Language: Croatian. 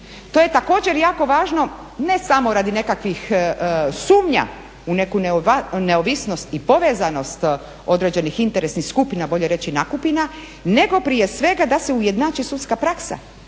To je također jako važno ne samo radi nekakvih sumnja u neku neovisnost i povezanost određenih interesnih skupina, bolje reći nakupina, nego prije svega da se ujednači sudska praksa.